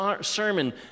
sermon